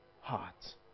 heart